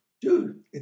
Dude